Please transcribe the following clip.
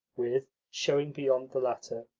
with, showing beyond the latter,